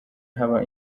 haba